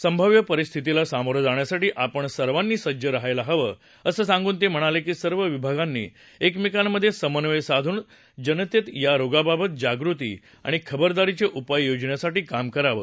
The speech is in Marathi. संभाव्य परिस्थितीला सामोरं जाण्यासाठी आपण सर्वांनी सज्ज रहायला हवं असं सांगून ते म्हणाले की सर्व विभागांनी एकमेकांमध्ये समन्वय साधून जनतेत या रोगाबाबत जागृती आणि खबरदारीचे उपाय योजण्यासाठी काम करावं